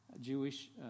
Jewish